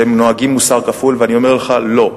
שהם נוהגים במוסר כפול, ואני אומר לך: לא.